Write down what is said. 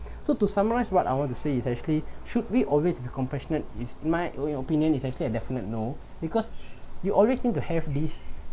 so to summarize what I want to say is actually should we always be compassionate is my own opinion is actually a definite no because you always seem to have this